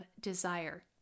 desire